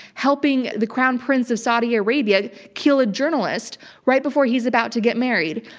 helping the crown prince of saudi arabia kill a journalist right before he's about to get married.